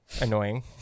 Annoying